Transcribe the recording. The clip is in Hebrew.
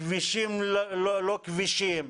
בכבישים לא-כבישים,